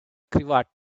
cravat